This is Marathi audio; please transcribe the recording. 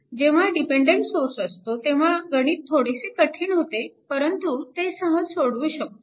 जेव्हा डिपेन्डन्ट सोर्स असतो तेव्हा गणित थोडेसे कठीण होते परंतु ते सहज सोडवू शकतो